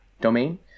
domain